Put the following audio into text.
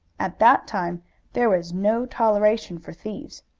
at that time there was no toleration for thieves.